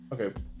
Okay